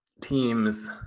teams